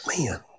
man